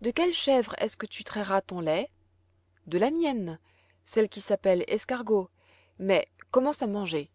de quelle chèvre est-ce que tu trairas ton lait de la mienne celle qui s'appelle escargot mais commence à manger